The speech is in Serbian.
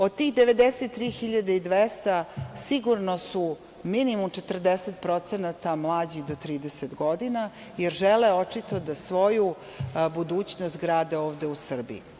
Od tih 93.200 sigurno su minimum 40% mlađi do 30 godina, jer žele, očito, da svoju budućnost grade ovde u Srbiji.